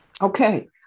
Okay